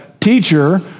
teacher